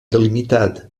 delimitat